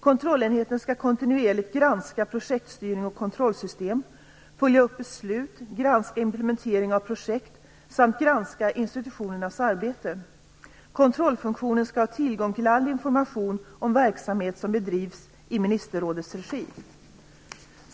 Kontrollenheten skall kontinuerligt granska projektstyrning och kontrollsystem, följa upp beslut, granska implementering av projekt samt granska institutionernas arbete. Kontrollfunktionen skall ha tillgång till all information om verksamhet som bedrivs i ministerrådets regi.